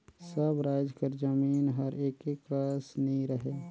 सब राएज कर जमीन हर एके कस नी रहें